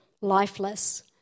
lifeless